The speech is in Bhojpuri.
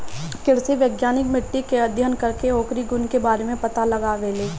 कृषि वैज्ञानिक मिट्टी के अध्ययन करके ओकरी गुण के बारे में पता लगावेलें